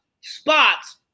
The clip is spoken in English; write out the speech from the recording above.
spots